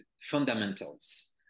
fundamentals